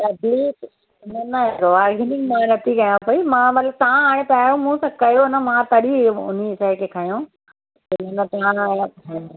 त न न बार्गेनिंग मां नथी कयां पेई मां मतलबु तव्हां इहे चयो मूं त कयो न मां तॾहिं हुन शइ खे खयो न त हा